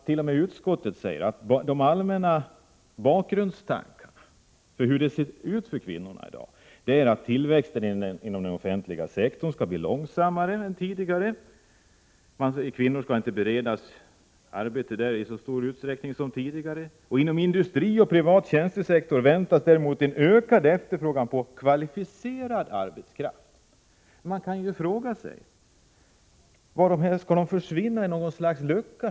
T.o.m. utskottet säger att de allmänna bakgrundstankarna om kvinnornas situation i dag är att tillväxten inom offentliga sektorn skall bli långsammare än tidigare. Kvinnor skall inte beredas arbete där i så stor utsträckning som tidigare. Inom industrin och den privata tjänstesektorn väntas däremot en Man kan fråga sig om kvinnorna skall försvinna i något slags lucka.